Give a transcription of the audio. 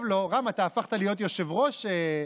רם, הפכת להיות יושב-ראש?